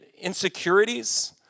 insecurities